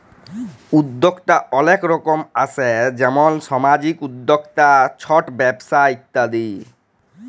উদ্যক্তা অলেক রকম আসে যেমল সামাজিক উদ্যক্তা, ছট ব্যবসা ইত্যাদি